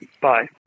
Bye